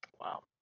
Wow